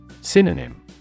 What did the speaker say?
Synonym